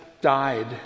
died